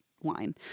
wine